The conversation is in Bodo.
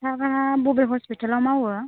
सारआ बबे हस्पिटालाव मावो